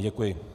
Děkuji.